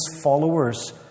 followers